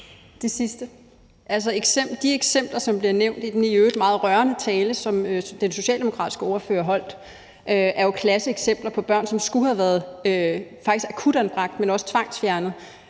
de eksempler, som bliver nævnt i den i øvrigt meget rørende tale, som den socialdemokratiske ordfører holdt, er jo klassiske eksempler på børn, der faktisk skulle have været ikke bare akutanbragt, men også tvangsfjernet,